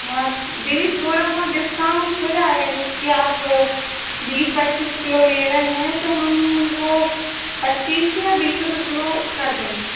हाँ दीदी थोड़ा बहुत डिस्काउंट हो जाएगा जैसे कि आप बीस पच्चीस किलो ले रहे हैं तो हम उनको पच्चीस या बीस रुपए किलो कर देंगे